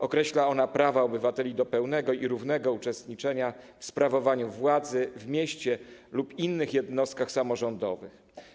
Określa ona prawa obywateli do pełnego i równego uczestniczenia w sprawowaniu władzy w mieście lub innych jednostkach samorządowych.